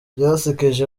byasekeje